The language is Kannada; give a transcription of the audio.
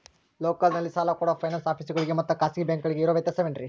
ಲೋಕಲ್ನಲ್ಲಿ ಸಾಲ ಕೊಡೋ ಫೈನಾನ್ಸ್ ಆಫೇಸುಗಳಿಗೆ ಮತ್ತಾ ಖಾಸಗಿ ಬ್ಯಾಂಕುಗಳಿಗೆ ಇರೋ ವ್ಯತ್ಯಾಸವೇನ್ರಿ?